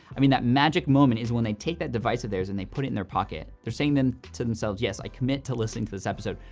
i mean, that magic moment is when they take that device of theirs and they put it in their pocket. they're saying to themselves, yes, i commit to listening to this episode.